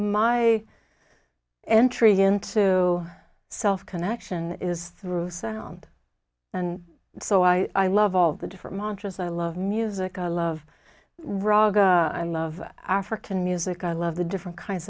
my entry into self connection is through sound and so i love all the different mantras i love music i love rock and love african music i love the different kinds